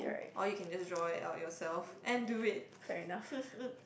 or you can just draw it out yourself and do it